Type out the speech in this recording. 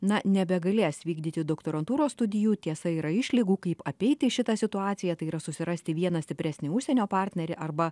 na nebegalės vykdyti doktorantūros studijų tiesa yra išlygų kaip apeiti šitą situaciją tai yra susirasti vieną stipresnį užsienio partnerį arba